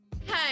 Hey